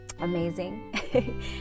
amazing